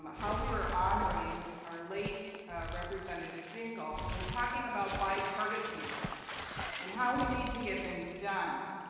um how we are honoring our late representative jingle and talking about bipartisanship and how we need to get things done.